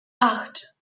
acht